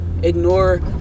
ignore